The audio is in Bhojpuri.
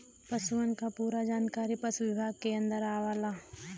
पसुअन क पूरा जानकारी पसु विभाग के अन्दर आवला